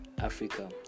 Africa